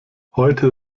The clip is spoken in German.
heute